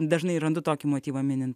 dažnai randu tokį motyvą minin